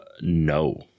no